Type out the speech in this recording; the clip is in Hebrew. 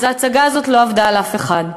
אז ההצגה הזאת לא עבדה על אף אחד,